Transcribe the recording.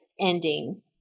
ending